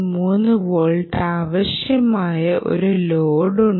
3 volt ആവശ്യമായ ഒരു load ഉണ്ട്